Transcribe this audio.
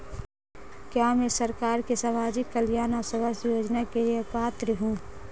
क्या मैं सरकार के सामाजिक कल्याण और स्वास्थ्य योजना के लिए पात्र हूं?